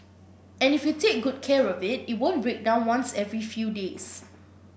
and if you take good care of it it won't break down once every few days